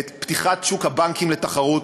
לפתיחת שוק הבנקים לתחרות,